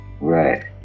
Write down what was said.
Right